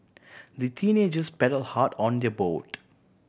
the teenagers paddle hard on their boat